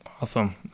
Awesome